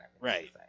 right